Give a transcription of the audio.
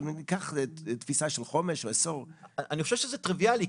אבל ניקח תפיסה של חומש או עשור --- אני חושב שזה טריוויאלי,